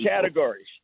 categories